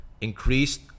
increased